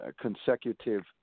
consecutive